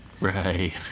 Right